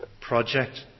project